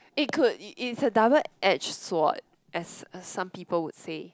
it could it~ it's a double edge sword as some people would say